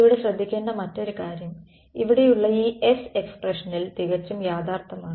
ഇവിടെ ശ്രദ്ധിക്കേണ്ട മറ്റൊരു കാര്യം ഇവിടെയുള്ള ഈ S എക്സ്പ്രഷനൽ തികച്ചും യഥാർത്ഥമാണ്